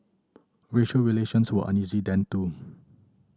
racial relations were uneasy then too